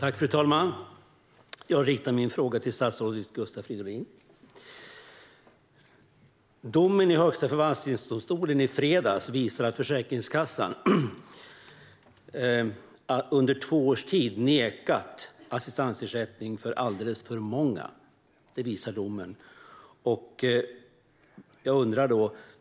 Fru talman! Jag riktar min fråga till statsrådet Gustav Fridolin. Domen i Högsta förvaltningsdomstolen i fredags visar att Försäkringskassan under två års tid nekat alldeles för många assistansersättning.